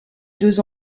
deux